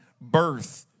birth